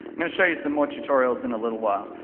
gonna show you some more tutorials in a little while,